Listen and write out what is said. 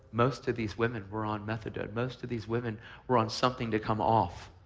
most of these women were on methadone. most of these women were on something to come off,